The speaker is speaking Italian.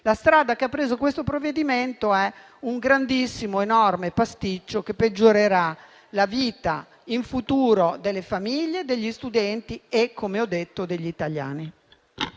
La strada che ha preso questo provvedimento è quella di un grandissimo, enorme pasticcio, che peggiorerà in futuro la vita delle famiglie, degli studenti e, come ho detto, degli italiani